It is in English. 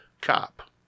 cop